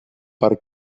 per